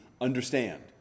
understand